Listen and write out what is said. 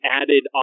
added